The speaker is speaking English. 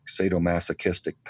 sadomasochistic